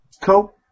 Cool